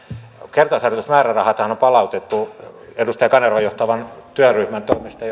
kertausharjoitusmäärärahathan on palautettu edustaja kanervan johtaman työryhmän toimesta